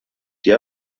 die